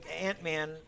Ant-Man